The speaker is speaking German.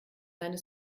seine